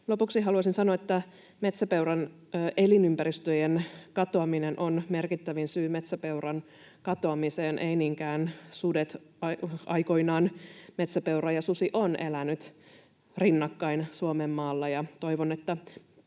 Lopuksi haluaisin sanoa, että metsäpeuran elinympäristöjen katoaminen on merkittävin syy metsäpeuran katoamiseen, ei niinkään sudet. Aikoinaan metsäpeura ja susi ovat eläneet rinnakkain Suomenmaalla.